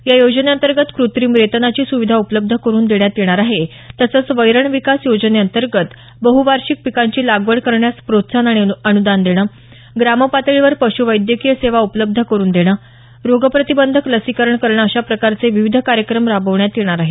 या योजने अंतर्गत क्रेत्रिम रेतनाची सुविधा उपलब्ध करून देण्यात येणार आहे तसंच वैरण विकास योजने अंतर्गत बहुवार्षिक पिकांची लागवड करण्यास प्रोत्साहन आणि अनुदान देणं ग्राम पातळीवर पश्वैद्यकीय सेवा उपलब्ध करून देणं रोगप्रतिबंधक लसीकरण करणं अशा प्रकारचे विविध कार्यक्रम राबवण्यात येणार आहेत